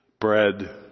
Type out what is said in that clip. bread